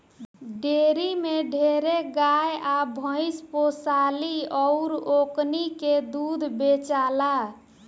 dairy में ढेरे गाय आ भइस पोसाली अउर ओकनी के दूध बेचाला